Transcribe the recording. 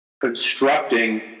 constructing